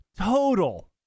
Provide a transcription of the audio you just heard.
total